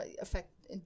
affect